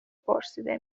پرسیده